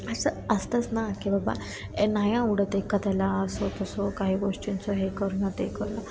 असं असतंच ना की बाबा ए नाही आवडत एखाद्याला असं तसं काही गोष्टींचं हे करणं ते करणं